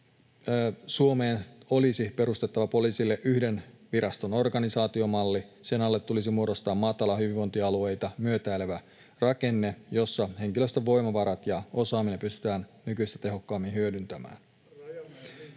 Suomeen olisi perustettava poliisille yhden viraston organisaatiomalli. Sen alle tulisi muodostaa matala, hyvinvointialueita myötäilevä rakenne, jossa henkilöstön voimavarat ja osaaminen pystytään nykyistä tehokkaammin hyödyntämään.